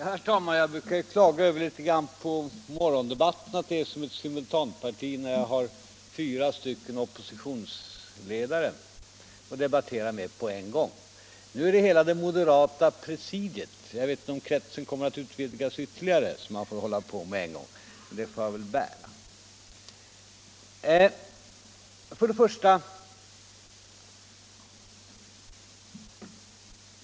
Herr talman! Jag brukar klaga litet grand över att morgondebatterna är som simultanpartier när jag har fyra stycken oppositionsledare att debattera med på en gång. Nu gäller det hela det moderata presidiet. Jag vet inte om kretsen kommer att utvidgas ytterligare, men det får jag väl i så fall bära.